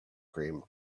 cream